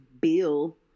Bill